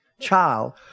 child